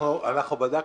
אנחנו בדקנו.